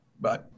bye